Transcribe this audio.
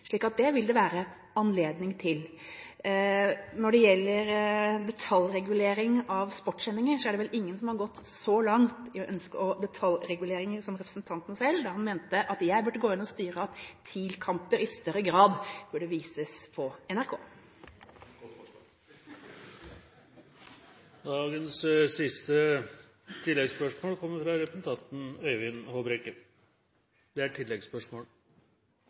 Det vil det være anledning til. Når det gjelder detaljregulering av sportssendinger, er det vel ingen som har gått så langt i å ønske detaljreguleringer som representanten selv da han mente at jeg burde gå inn og styre at TIL-kamper i større grad burde vises på NRK. Et godt forslag. Øyvind Håbrekke – til dagens siste oppfølgingsspørsmål. Det